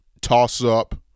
Toss-up